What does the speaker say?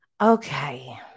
Okay